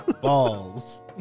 Balls